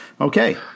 Okay